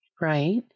right